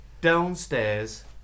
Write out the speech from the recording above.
downstairs